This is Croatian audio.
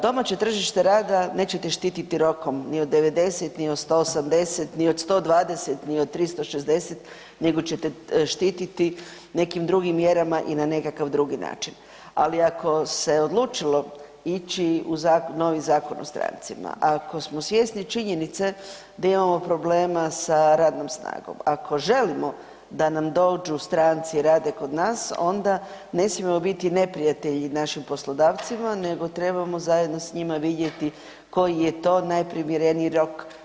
Domaće tržište rada nećete štiti rokom ni od 90, ni od 180, ni od 120, ni od 360 nego ćete štiti nekim drugim mjerama i na nekakav drugi način, ali ako se odlučilo ići u novi Zakon o strancima, ako smo svjesni činjenice da imamo problema sa radnom snagom, ako želimo da nam dođu stranci i rade kod nas onda ne smijemo biti neprijatelji našim poslodavcima nego trebamo zajedno s njima vidjeti koji je to najprimjereniji rok.